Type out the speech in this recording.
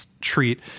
treat